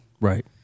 Right